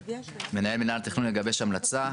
מנהל מינהל התכנון מגבש המלצה,